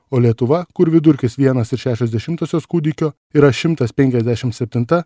o lietuva kur vidurkis vienas ir šešios dešimtosios kūdikio yra šimtas penkiasdešim septinta